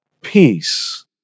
Peace